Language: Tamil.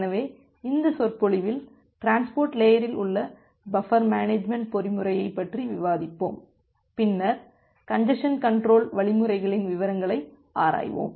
எனவே இந்த சொற்பொழிவில் டிரான்ஸ்போர்ட் லேயரில் உள்ள பஃபர் மேனேஜ்மெண்ட் பொறிமுறையைப் பற்றி விவாதிப்போம் பின்னர் கஞ்ஜசன் கன்ட்ரோல் வழிமுறைகளின் விவரங்களை ஆராய்வோம்